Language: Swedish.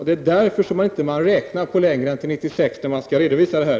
Det är därför som man inte har räknat längre än till 1996 när man skall redovisa detta.